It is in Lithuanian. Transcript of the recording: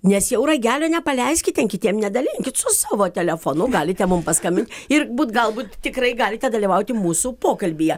nes jau ragelio nepaleiskit ten kitiem nedalinkit su savo telefonu galite mum paskambint ir būt galbūt tikrai galite dalyvauti mūsų pokalbyje